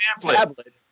tablet